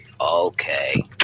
okay